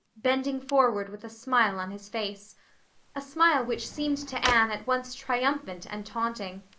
bending forward with a smile on his face a smile which seemed to anne at once triumphant and taunting.